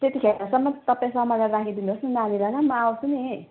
त्यतिखेरसम्म तपाईँ सम्हालेर राखिदिनुहोस् न नानीलाई म आउँछु नि